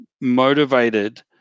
motivated